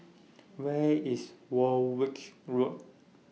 Where IS Warwick Road